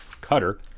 Cutter